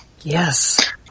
Yes